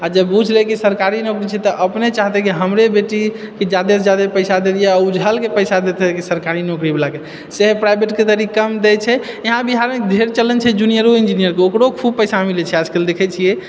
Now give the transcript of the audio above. आ जब बुझ लए कि सरकारी नौकरी छै तऽ अपने चाहतै की हमरे बेटीके जादेसँ जादे पैसा दे दियै आओर ऊझलके पैसा देतै कि सरकारी नौकरी वलाके सेहे प्राइवेटके तनी कम दै छै ईहा बिहारमे ढ़ेर चलन छै जूनियरो इंजीनियरके ओकरो खूब पैसा मिलैत छै आजकल देखैत छियै